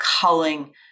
culling